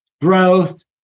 growth